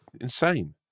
insane